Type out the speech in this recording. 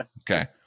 Okay